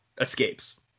escapes